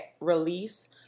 release